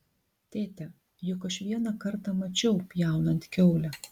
tėte juk aš vieną kartą mačiau pjaunant kiaulę